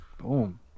Boom